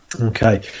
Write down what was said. Okay